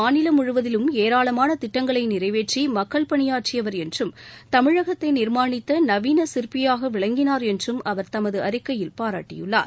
மாநிலம் முழுவதிலும் ஏராளமான திட்டங்களை நிறைவேற்றி மக்கள் பணியாற்றியவர் என்றும் தமிழகத்தை நிர்மானித்த நவீன சிற்பியாக விளங்கினார் என்றும் அவர் தமது அறிக்கையில் பாராட்டியுள்ளார்